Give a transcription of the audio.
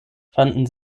fanden